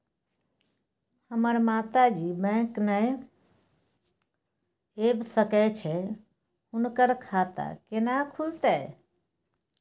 हमर माता जी बैंक नय ऐब सकै छै हुनकर खाता केना खूलतै?